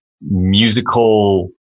musical